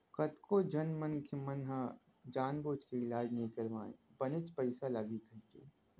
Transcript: कतको झन मनखे मन ह जानबूझ के इलाज नइ करवाय बनेच पइसा लगही कहिके